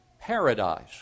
paradise